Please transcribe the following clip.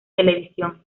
televisión